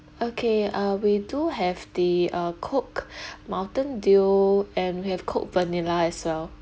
okay uh we do have the uh coke mountain dew and we have coke vanilla as well